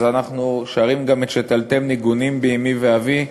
אז אנחנו שרים גם את "שתלתם ניגונים בי אמי ואבי /